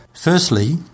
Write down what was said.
Firstly